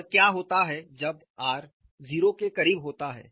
और क्या होता है जब r 0 के करीब होता है